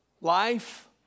life